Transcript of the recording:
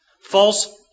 False